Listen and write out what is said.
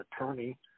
attorney